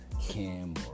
Kim